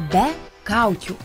be kaukių